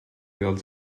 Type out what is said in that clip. dels